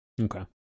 Okay